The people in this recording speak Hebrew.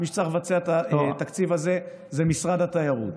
מי שצריך לבצע את התקציב הזה זה משרד התיירות.